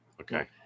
Okay